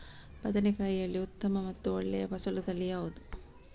ಬದನೆಕಾಯಿಯಲ್ಲಿ ಉತ್ತಮ ಮತ್ತು ಒಳ್ಳೆಯ ಫಸಲು ತಳಿ ಯಾವ್ದು?